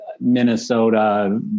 Minnesota